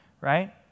Right